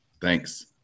Thanks